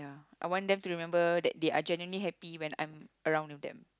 I want them to remember that they are genuinely happy when I'm around with them